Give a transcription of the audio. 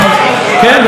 אנחנו מתקנים,